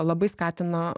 labai skatina